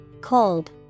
Cold